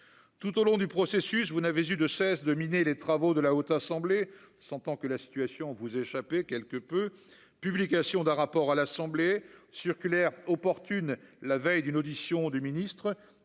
tout au long du processus, vous n'avez eu de cesse de miner les travaux de la haute assemblée, sentant tant que la situation vous échapper quelque peu publication d'un rapport à l'Assemblée circulaire opportune la veille d'une audition du ministre,